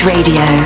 Radio